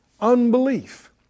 Unbelief